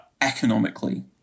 economically